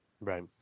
Right